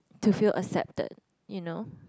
to feel accepted you know